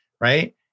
right